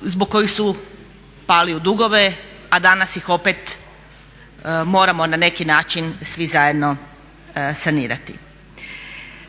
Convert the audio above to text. zbog kojih su pali u dugove a danas ih opet moramo na neki način svi zajedno sanirati.